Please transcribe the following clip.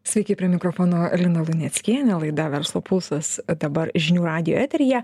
sveiki prie mikrofono lina luneckienė laida verslo pulsas dabar žinių radijo eteryje